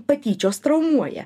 patyčios traumuoja